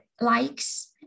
likes